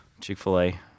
Chick-fil-A